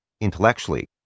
intellectually